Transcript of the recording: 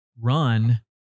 run